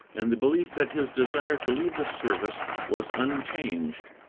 and the belief that his desire to leave the service was unchanged.